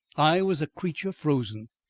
i was a creature frozen.